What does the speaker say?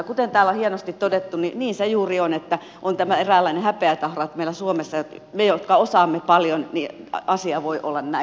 ja kuten täällä on hienosti todettu niin se on juuri niin että on tämä eräänlainen häpeätahra että meillä suomessa meillä jotka osaamme paljon asia voi olla näin